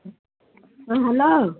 ହଁ ହ୍ୟାଲୋ